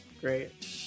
Great